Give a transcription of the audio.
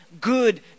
good